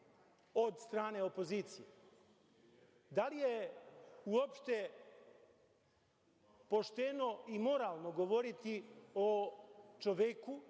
od strane opozicije. Da li je uopšte pošteno i moralno govoriti o čoveku